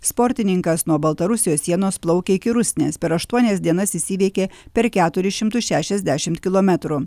sportininkas nuo baltarusijos sienos plaukė iki rusnės per aštuonias dienas jis įveikė per keturis šimtus šešiasdešim kilometrų